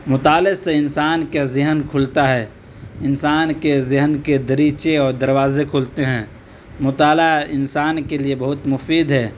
مطالعے سے انسان کا ذہن کھلتا ہے انسان کے ذہن کے دریچے اور دروازے کھلتے ہیں مطالعہ انسان کے لیے بہت مفید ہے